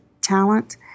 talent